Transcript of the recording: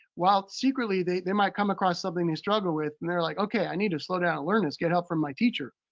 while secretly, they they might come across something they struggle with, and they're like, okay, i need to slow down and learn this. get help from my teacher.